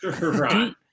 right